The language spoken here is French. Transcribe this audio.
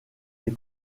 des